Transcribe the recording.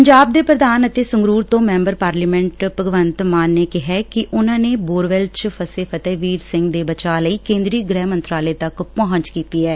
ਪੰਜਾਬ ਦੇ ਪ੍ਰਧਾਨ ਅਤੇ ਸੰਗਰੂਰ ਤੋਂ ਮੈਂਬਰ ਪਾਰਲੀਮੈਂਟ ਭਗਵੰਤ ਮਾਨ ਨੇ ਕਿਹਾ ਕਿ ਉਨੂਾ ਨੇ ਬੋਰਵੈਲ ਚ ਫਸੇ ਫਤਹਿਵੀਰ ਸਿੰਘ ਦੇ ਬਚਾਅ ਲਈ ਕੇਂਦਰੀ ਗੁਹਿ ਮੰਤਰਾਲੇ ਤੱਕ ਪਹੁੰਚ ਕੀਤੀ ਐ